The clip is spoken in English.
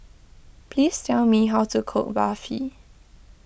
please tell me how to cook Barfi